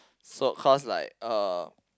so cause like uh